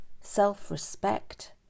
Self-respect